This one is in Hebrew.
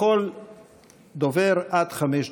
לכל דובר עד חמש דקות.